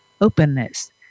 openness